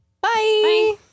Bye